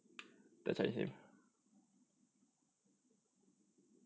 the chinese name ah